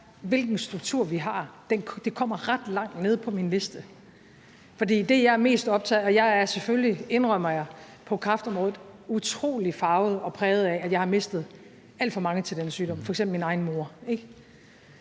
den struktur, vi har, ret langt nede på min liste. For det, jeg mest af alt er optaget af – og jeg er selvfølgelig, indrømmer jeg, på kræftområdet utrolig farvet og præget af, at jeg har mistet alt for mange til den sygdom, f.eks. min egen mor